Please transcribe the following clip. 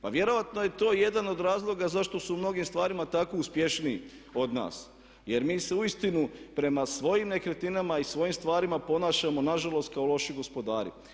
Pa vjerojatno je to jedan od razloga zašto su u mnogim stvarima tako uspješniji od nas jer mi se uistinu prema svojim nekretninama i svojim stvarima ponašamo nažalost kao loši gospodari.